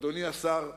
אדוני השר בגין,